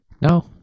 No